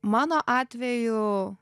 mano atveju